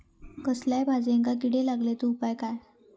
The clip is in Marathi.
कसल्याय भाजायेंका किडे लागले तर उपाय काय?